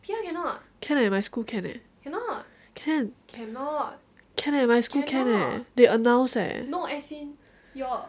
can eh my school can eh can can eh my school can eh they announced eh